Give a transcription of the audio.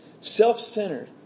Self-centered